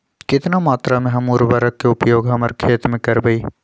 कितना मात्रा में हम उर्वरक के उपयोग हमर खेत में करबई?